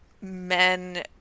men